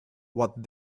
what